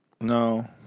no